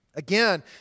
Again